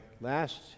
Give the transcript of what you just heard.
last